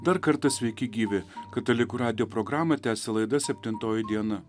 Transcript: dar kartą sveiki gyvi katalikų radijo programą tęsia laida septintoji diena